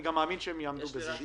אני גם מאמין שהם יעמדו בזה.